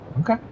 Okay